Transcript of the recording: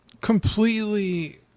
completely